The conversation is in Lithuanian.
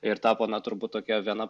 ir tapo na turbūt tokia viena